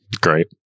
Great